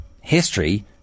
history